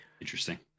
Interesting